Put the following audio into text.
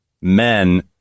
men